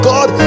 God